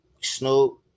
Snoop